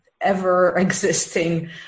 ever-existing